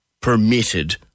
permitted